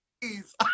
please